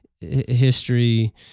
history